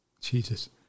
Jesus